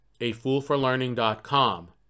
afoolforlearning.com